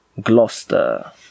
Gloucester